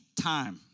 time